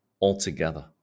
altogether